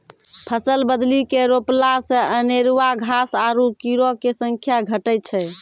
फसल बदली के रोपला से अनेरूआ घास आरु कीड़ो के संख्या घटै छै